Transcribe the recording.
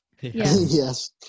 yes